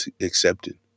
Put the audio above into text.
accepted